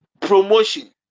promotion